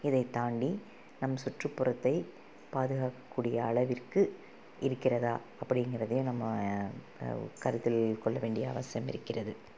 இதை தாண்டி நம் சுற்றுப்புறத்தை பாதுகாக்கக்கூடிய அளவிற்கு இருக்கிறதா அப்படிங்குறதையும் நம்ம கருத்தில் கொள்ள வேண்டிய அவசியம் இருக்கிறது